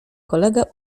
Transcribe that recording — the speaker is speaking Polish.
kolega